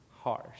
harsh